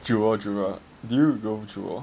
Jewel Jewel did you go to Jewel